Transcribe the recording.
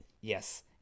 Yes